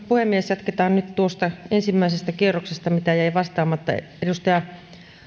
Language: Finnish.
puhemies jatketaan nyt tuosta ensimmäisestä kierroksesta mitä jäi vastaamatta edustaja